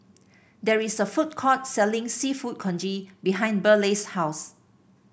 there is a food court selling seafood congee behind Burleigh's house